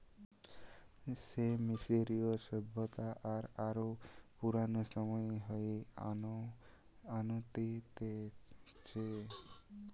সে মিশরীয় সভ্যতা আর আরো পুরানো সময়ে হয়ে আনতিছে